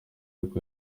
ariko